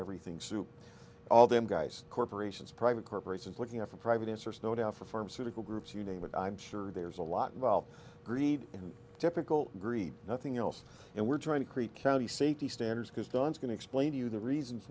everything soup all them guys corporations private corporations looking after private answers no doubt for pharmaceutical groups you name it i'm sure there's a lot involved greed typical greed nothing else and we're trying to create county safety standards because don's going to explain to you the reasons